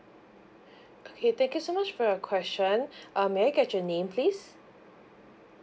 okay thank you so much for your question um may I get your name please